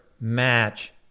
match